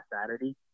Saturday